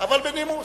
אבל בנימוס.